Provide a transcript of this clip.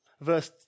Verse